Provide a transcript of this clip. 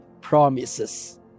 promises